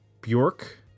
Bjork